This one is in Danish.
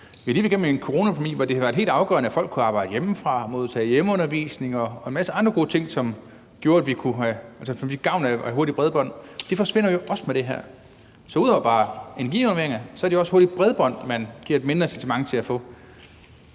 Vi har lige været igennem en coronapandemi, hvor det har været helt afgørende, at folk kunne arbejde hjemmefra, modtage hjemmeundervisning og en masse andre gode ting, som gjorde, at vi kunne have gavn af hurtigt bredbånd. Det forsvinder jo også med det her. Så ud over bare energirenoveringer er det også hurtigt bredbånd, man giver et mindre incitament til at få.